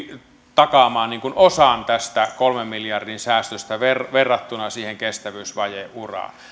takaamaan osan tästä kolmen miljardin säästöstä verrattuna siihen kestävyysvajeuraan